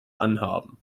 anhaben